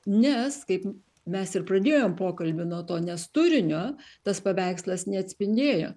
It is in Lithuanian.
nes kaip mes ir pradėjom pokalbį nuo to nes turinio tas paveikslas neatspindėjo